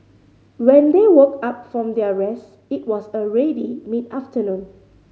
when they woke up from their rest it was already mid afternoon